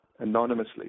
anonymously